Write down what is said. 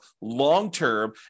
long-term